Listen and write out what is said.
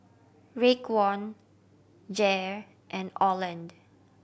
Raekwon Jair and Orland